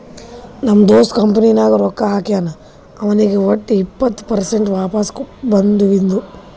ನಮ್ ದೋಸ್ತ ಕಂಪನಿ ನಾಗ್ ರೊಕ್ಕಾ ಹಾಕ್ಯಾನ್ ಅವ್ನಿಗ್ ವಟ್ ಇಪ್ಪತ್ ಪರ್ಸೆಂಟ್ ವಾಪಸ್ ಬದುವಿಂದು